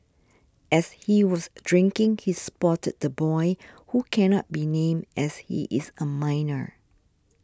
as he was drinking he spotted the boy who cannot be named as he is a minor